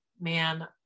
man